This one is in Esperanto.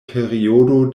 periodo